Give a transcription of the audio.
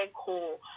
cool